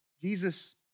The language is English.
Jesus